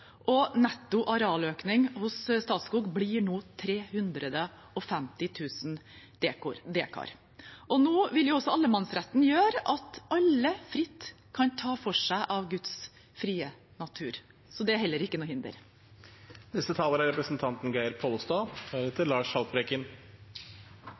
og netto arealøkning hos Statskog blir nå 350 000 dekar. Nå vil også allemannsretten gjøre at alle fritt kan ta for seg av Guds frie natur, så det er heller ikke noe